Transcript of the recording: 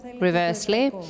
reversely